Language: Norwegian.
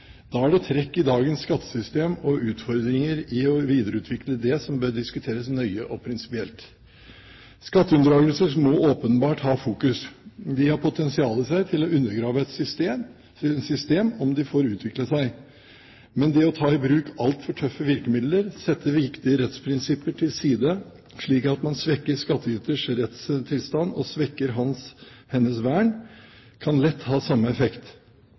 Da er det trekk i dagens skattessystem og utfordringer i å videreutvikle det som bør diskuteres nøye og prinsipielt. Skatteunndragelser må en åpenbart ha fokus på. De har potensial i seg til å undergrave et system om de får utvikle seg. Men det å ta i bruk altfor tøffe virkemidler og sette viktige rettsprinsipper til side slik at man svekker skattyters rettstilstand og svekker hans/hennes vern, kan lett ha samme effekt.